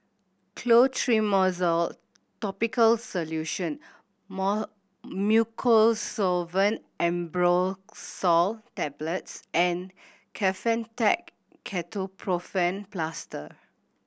Clotrimozole Topical Solution more Mucosolvan Ambroxol Tablets and Kefentech Ketoprofen Plaster